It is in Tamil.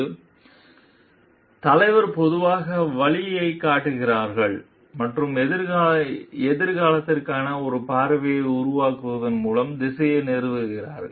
எனவே தலைவர்கள் பொதுவாக வழியைக் காட்டுகிறார்கள் மற்றும் எதிர்காலத்திற்கான ஒரு பார்வையை உருவாக்குவதன் மூலம் திசையை நிறுவுகிறார்கள்